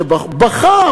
שהוא בכה,